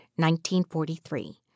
1943